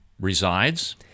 resides